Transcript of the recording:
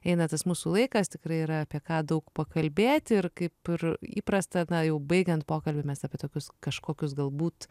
eina tas mūsų laikas tikrai yra apie ką daug pakalbėti ir kaip ir įprasta na jau baigiant pokalbį mes apie tokius kažkokius galbūt